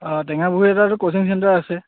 অঁ টেঙা coaching centre আছে